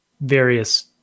various